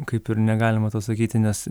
kaip ir negalima to sakyti nes